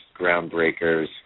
groundbreakers